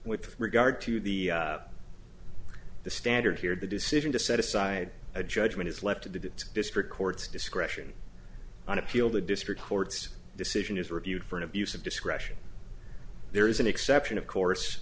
with regard to the the standard here the decision to set aside a judgment is left to the district courts discretion on appeal the district court's decision is reviewed for an abuse of discretion there is an exception of course